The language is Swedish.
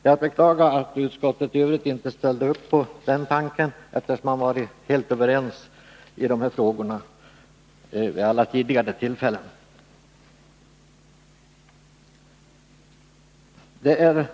Jag beklagar att utskottet i övrigt inte ställde upp = till vissa statliga på den tanken, eftersom man var helt överens i de här frågorna vid alla — företag, m.m. tidigare tillfällen.